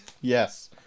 Yes